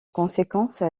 conséquence